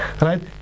Right